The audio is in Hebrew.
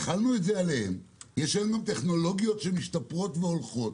היום יש טכנולוגיות שמשתפרות והולכות.